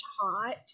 hot